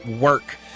work